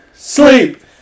Sleep